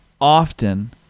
often